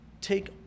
Take